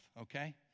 okay